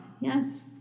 yes